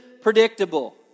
predictable